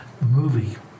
movie